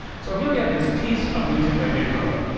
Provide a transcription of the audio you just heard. so here we have this piece of music by beethoven,